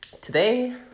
Today